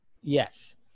yes